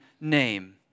name